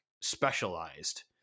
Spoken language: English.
specialized